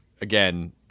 again